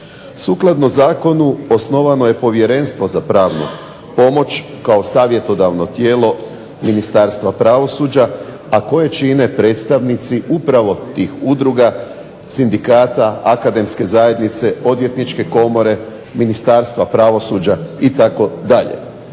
Sukladno zakonu osnovano je Povjerenstvo za pravnu pomoć kao savjetodavno tijelo Ministarstva pravosuđa, a koje čine predstavnici upravo tih udruga, sindikata, akademske zajednice, Odvjetničke komore, Ministarstva pravosuđa itd.,